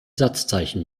satzzeichen